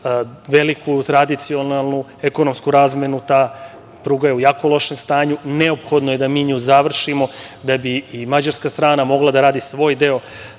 veliku tradicionalnu ekonomsku razmenu, ta pruga je u jako lošem stanju. Neophodno je da mi nju završimo, da bi i Mađarska strana mogla da radi svoj deo